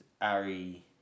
Ari